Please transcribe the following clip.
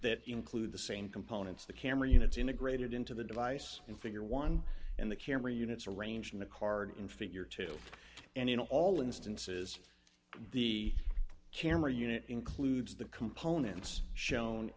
that include the same components the camera units integrated into the device in figure one and the camera units are arranged in a card in figure two and in all instances the camera unit includes the components shown